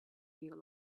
feel